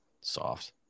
soft